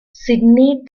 sydney